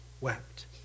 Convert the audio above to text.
wept